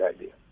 idea